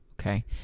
okay